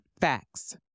facts